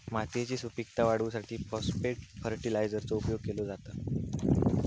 मातयेची सुपीकता वाढवूसाठी फाॅस्फेट फर्टीलायझरचो उपयोग केलो जाता